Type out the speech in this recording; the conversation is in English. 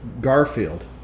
Garfield